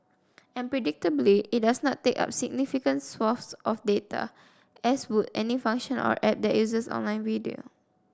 and predictably it does take up significant swathes of data as would any function or app that uses online video